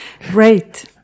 Great